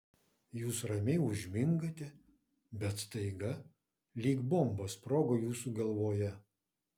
jūs ramiai užmingate bet staiga lyg bomba sprogo jūsų galvoje